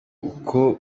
uko